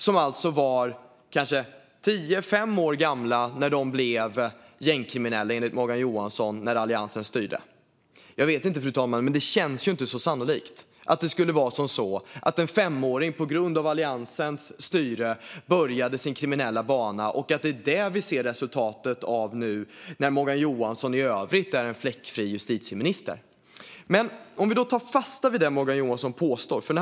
Enligt Morgan Johansson var de alltså kanske tio eller fem år gamla när Alliansen styrde och de blev gängkriminella. Jag vet inte, fru talman, men det känns ju inte särskilt sannolikt att en femåring började sin kriminella bana på grund av Alliansens styre och att det är detta vi ser resultatet av nu - medan Morgan Johansson är en fläckfri justitieminister. Jag kan dock ändå ta fasta på det Morgan Johansson påstår.